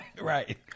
Right